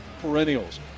perennials